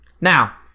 Now